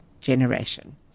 generation